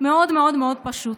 מאוד מאוד מאוד פשוט,